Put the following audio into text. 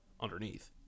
Underneath